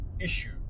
issue